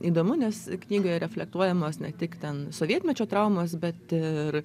įdomu nes knygoje reflektuojamos ne tik ten sovietmečio traumos bet ir